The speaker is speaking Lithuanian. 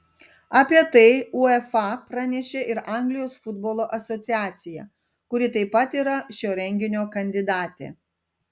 apie tai uefa pranešė ir anglijos futbolo asociacija kuri taip pat yra šio renginio kandidatė